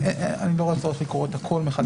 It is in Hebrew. אני לא רואה צורך לקרוא את הכול מחדש.